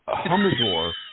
Humidor